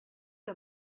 que